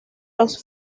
los